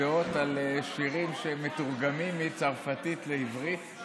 דעות על שירים שמתורגמים מצרפתית לעברית.